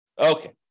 Okay